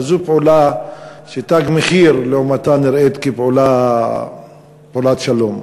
אבל זו פעולה ש"תג מחיר" לעומתה נראית כפעולת שלום.